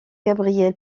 gabriel